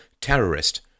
terrorist